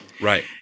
Right